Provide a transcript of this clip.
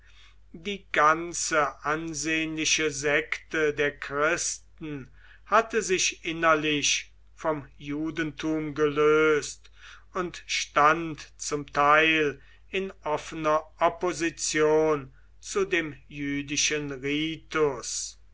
die ganze ansehnliche sekte der christen hatte sich innerlich vom judentum gelöst und stand zum teil in offener opposition zu dem jüdischen